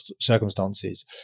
circumstances